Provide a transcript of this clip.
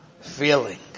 feeling